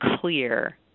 clear